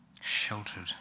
sheltered